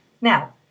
Now